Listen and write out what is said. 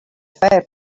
fair